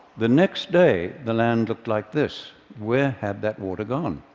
the next day, the land looked like this. where had that water gone?